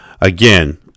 again